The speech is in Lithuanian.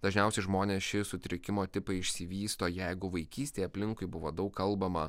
dažniausiai žmonės ši sutrikimo tipai išsivysto jeigu vaikystėje aplinkui buvo daug kalbama